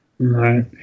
Right